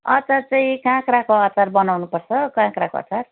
अचार चाहिँ काँक्राको अचार बनाउनुपर्छ काँक्राको अचार